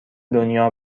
دنیا